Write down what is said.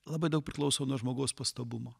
labai daug priklauso nuo žmogaus pastabumo